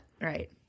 right